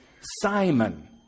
Simon